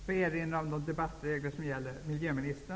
Jag erinrar om de debattregler som gäller.